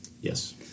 Yes